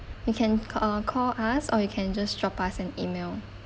you can uh call us or you can just drop us an E-mail